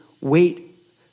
wait